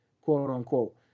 quote-unquote